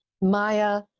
Maya